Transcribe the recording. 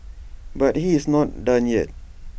but he is not done yet